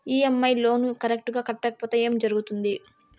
EMI loan correct గా కట్టకపోతే ఏం జరుగుతుంది